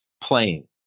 playing